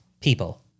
people